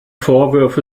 vorwürfe